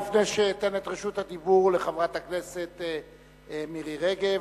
לפני שאתן את רשות הדיבור לחברת הכנסת מירי רגב,